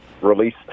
release